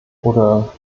oder